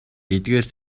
эдгээр